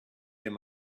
him